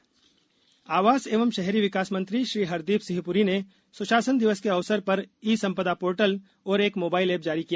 सुशासन दिवस आवास एवं शहरी विकास मंत्री श्री हरदीप सिंह पुरी ने सुशासन दिवस के अवसर पर ई संपदा पोर्टल और एक मोबाइल ऐप जारी किया